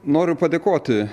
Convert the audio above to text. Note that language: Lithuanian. noriu padėkoti